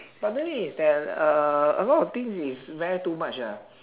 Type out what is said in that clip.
but do you think is that uh a lot of things is very too much ah